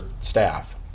staff